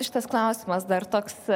šitas klausimas dar toks